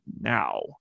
now